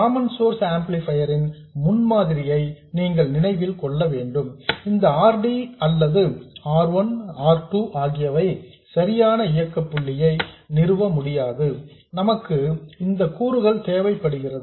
common source amplifier ன் முன்மாதிரியை நீங்கள் நினைவில் கொள்ள வேண்டும் இந்த R d அல்லது R 1 R 2 ஆகியவை சரியான இயக்க புள்ளியை நிறுவ முடியாது நமக்கு இந்த கூறுகள் தேவைப்படுகிறது